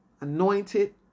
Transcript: anointed